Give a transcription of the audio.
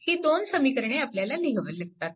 ही दोन समीकरणे आपल्याला लिहावी लागतात